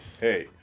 hey